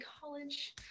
college